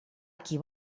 qui